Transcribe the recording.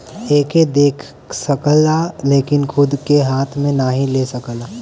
एके देख सकला लेकिन खूद के हाथ मे नाही ले सकला